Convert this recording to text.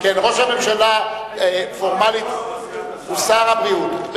כן, ראש הממשלה פורמלית הוא שר הבריאות.